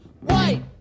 White